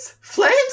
Flames